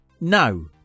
No